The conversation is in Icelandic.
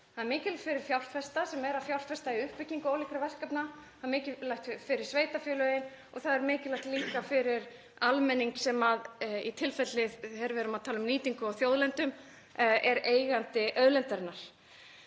Það er mikilvægt fyrir fjárfesta sem eru að fjárfesta í uppbyggingu ólíkra verkefna, það er mikilvægt fyrir sveitarfélögin og það er líka mikilvægt fyrir almenning sem er, þegar við erum að tala um nýtingu á þjóðlendum, eigandi auðlindarinnar.